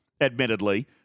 admittedly